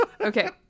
okay